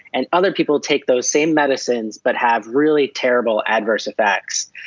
and other people take those same medicines but have really terrible adverse effects.